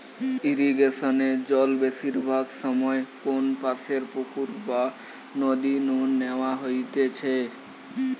ইরিগেশনে জল বেশিরভাগ সময় কোনপাশের পুকুর বা নদী নু ন্যাওয়া হইতেছে